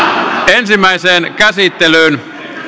ensimmäiseen käsittelyyn